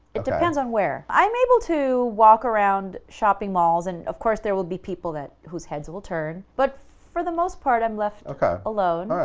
it depends on where. i'm able to walk around shopping malls, and of course there will be people that whose heads will turn, but for the most part i'm left alone,